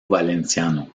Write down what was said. valenciano